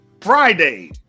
Friday